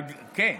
כן,